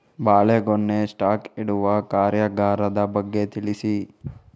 ಬಾಳೆಗೊನೆ ಸ್ಟಾಕ್ ಇಡುವ ಕಾರ್ಯಗಾರದ ಬಗ್ಗೆ ತಿಳಿಸಿ